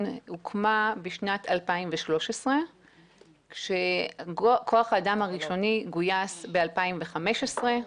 הוקמה בשנת 2013 כשכוח האדם הראשוני גויס ב-2015.